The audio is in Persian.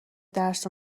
درس